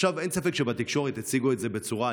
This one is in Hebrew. אין ספק שבתקשורת הציגו את זה בצורה,